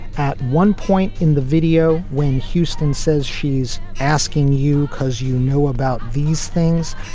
at one point in the video, when houston says she's asking you cause you know about these things,